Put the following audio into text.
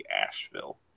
Asheville